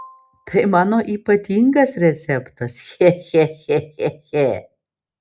tai mano ypatingas receptas che che che che che